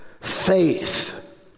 faith